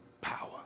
power